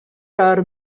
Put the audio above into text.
are